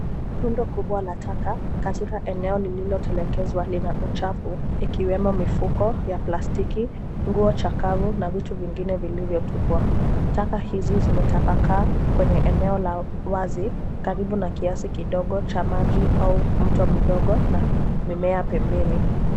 Rundo kubwa la taka katika eneo lililotelekezwa lina uchafu ikiwemo mifuko ya plastiki, nguo chakavu na vitu vingine vilivyotupwa. Taka hizi zimetapakaa kwenye eneo la wazi karibu na kiasi kidogo cha maji au mto mdogo na mimea pembeni.